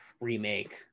remake